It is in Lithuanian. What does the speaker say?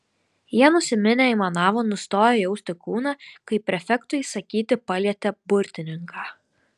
jie nusiminę aimanavo nustoję jausti kūną kai prefekto įsakyti palietė burtininką